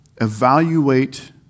Evaluate